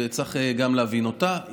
וצריך גם להבין אותה.